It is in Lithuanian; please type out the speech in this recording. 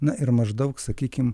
na ir maždaug sakykim